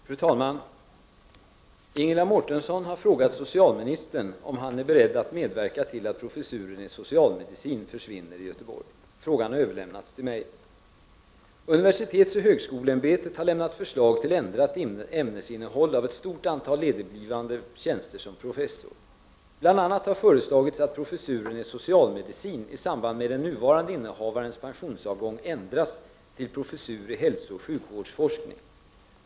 Fru talman! Ingela Mårtensson har frågat socialministern om han är beredd att medverka till att professuren i socialmedicin försvinner i Göteborg. Frågan har överlämnats till mig. Universitetsoch högskoleämbetet har lämnat förslag till ändrat ämnesinnehåll i ett stort antal ledigblivande tjänster som professor. Bl.a. har föreslagits att professuren i socialmedicin i samband med den nuvarande innehavarens pensionsavgång ändras till professur i hälsooch sjukvårdsforskning.